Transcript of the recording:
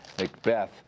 macbeth